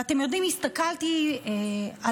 ואתם יודעים, הסתכלתי על